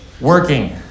working